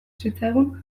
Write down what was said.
zitzaigun